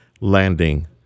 landing